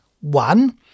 One